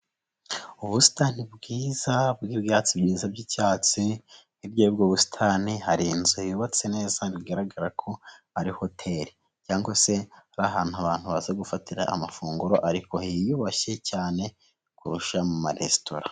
Ubusitani bwiza bw'ibyatsi byiza by'icyatsi hirya yubwo busitani hari inzu yubatse neza bigaragara ko ari hotel cyangwa se ari ahantu abantu baza gufatira amafunguro ariko hiyubashye cyane kurusha muma resitora.